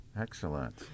Excellent